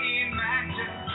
imagine